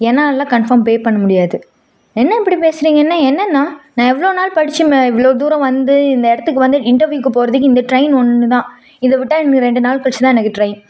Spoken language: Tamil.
என்னாலெல்லாம் கன்ஃபார்ம் பே பண்ண முடியாது என்ன இப்படி பேசுகிறீங்க என்ன என்னெண்ணா நான் எவ்வளோ நாள் படித்து ம இவ்வளோ தூரம் வந்து இந்த இடத்துக்கு வந்து இன்டெர்வியூக்கு போகிறதுக்கு இந்த ட்ரெயின் ஒன்றுதான் இதை விட்டால் இன்னும் ரெண்டு நாள் கழிச்சிதான் எனக்கு ட்ரெயின்